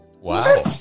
Wow